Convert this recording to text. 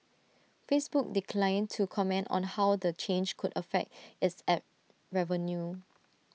Facebook declined to comment on how the change could affect its Ad revenue